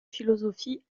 philosophie